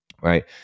right